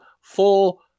full